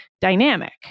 dynamic